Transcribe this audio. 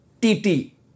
titi